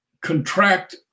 contract